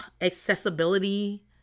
accessibility